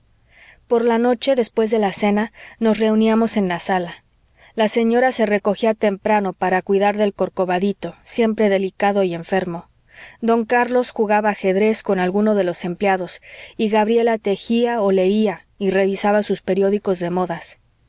por la noche después de la cena nos reuníamos en la sala la señora se recogía temprano para cuidar del corcovadito siempre delicado y enfermo don carlos jugaba ajedrez con alguno de los empleados y gabriela tejía o leía y revisaba sus periódicos de modas